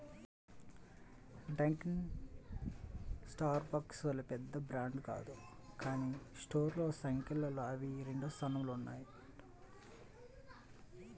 Dunkin Starbucks వలె పెద్ద brand కాదు కానీ స్టోర్ల సంఖ్యలో అవి రెండవ స్థానంలో ఉన్నాయి